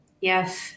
yes